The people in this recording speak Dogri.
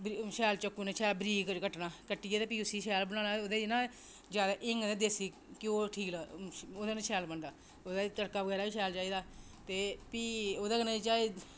शैल चाकू कन्नै शैल बरीक करियै कट्टना कट्टियै भी शैल उसी बनाना ओह्दे च ना जैदा हींग ते देसी घ्योऽ ठीक लगदा ओह्दे नै शैल बनदा ओह्दे च तड़का बगैरा बी शैल चाहिदा ते भी ओह्दे कन्नै चाहे